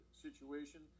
situation